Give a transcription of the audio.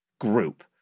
group